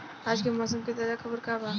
आज के मौसम के ताजा खबर का बा?